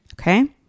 Okay